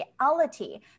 reality